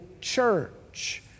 church